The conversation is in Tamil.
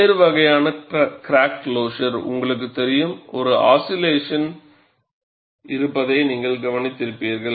பல்வேறு வகையான கிராக் க்ளோஸர் உங்களுக்குத் தெரியும் ஒரு அசிலேசன் இருப்பதை நீங்கள் கவனித்திருப்பீர்கள்